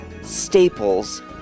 staples